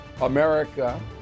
America